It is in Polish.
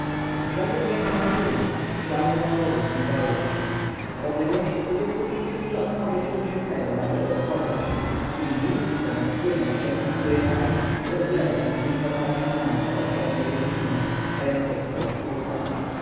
biegiem rzeki na północ ściany wąwozu zniżają się a w odległości dwustu pięciu minut morze śródziemnego nagle rozchodzą się i nil zamiast płynąć ciasnym korytarzem rozlewa się kilkoma ramionami po obszernej równinie mającej kształt trójkąta trójkąt